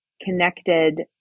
connected